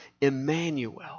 Emmanuel